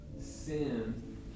sin